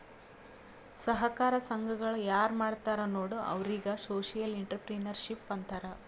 ಸಹಕಾರ ಸಂಘಗಳ ಯಾರ್ ಮಾಡ್ತಾರ ನೋಡು ಅವ್ರಿಗೆ ಸೋಶಿಯಲ್ ಇಂಟ್ರಪ್ರಿನರ್ಶಿಪ್ ಅಂತಾರ್